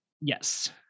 Yes